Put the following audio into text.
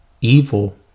evil